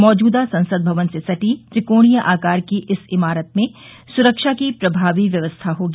मौजूदा संसद भवन से सटी त्रिकोणीय आकार की इस इमारत में सुरक्षा की प्रभावी व्यवस्था होगी